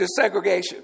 desegregation